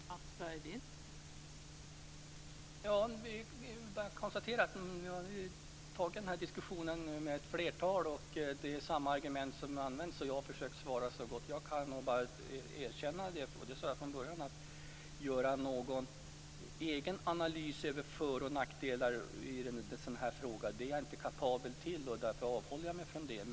Fru talman! Jag kan bara konstatera att jag nu har diskuterat detta med ett flertal, och det är samma argument som används. Jag har försökt att svara så gott jag har kunnat. Som jag sade från början måste jag erkänna att jag inte är kapabel att göra någon egen analys av för och nackdelar i en sådan här fråga och att jag därför avhåller jag mig från att göra det.